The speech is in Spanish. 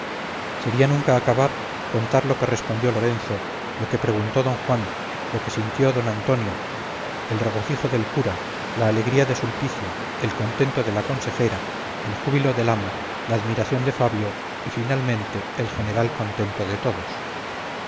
sería nunca acabar contar lo que respondió lorenzo lo que preguntó don juan lo que sintió don antonio el regocijo del cura la alegría del sulpicia el contento de la consejera el júbilo del ama la admiración de fabio y finalmente el general contento de todos